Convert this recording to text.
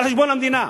על חשבון המדינה.